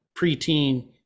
preteen